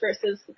versus